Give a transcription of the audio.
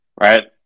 Right